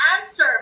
answer